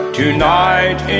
tonight